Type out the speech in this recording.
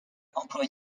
employé